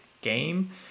game